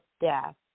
death